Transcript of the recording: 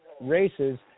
races